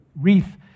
wreath